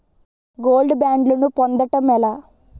Gold బ్యాండ్లను పొందటం ఎలా?